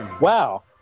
wow